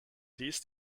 these